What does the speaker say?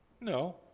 No